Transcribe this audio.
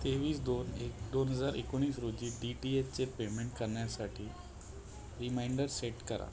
तेवीस दोन एक दोन हजार एकोणीस रोजी डी टी एचचे पेमेंट करण्यासाठी रिमायंडर सेट करा